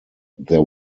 there